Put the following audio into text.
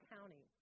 County